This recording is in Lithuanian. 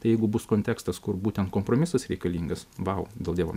tai jeigu bus kontekstas kur būtent kompromisas reikalingas vau dėl dievo